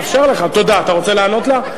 אתה רוצה לענות לה?